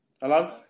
Hello